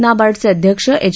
नाबार्डचे अध्यक्ष एच